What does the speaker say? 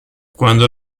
quando